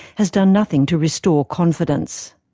has done nothing to restore confidence.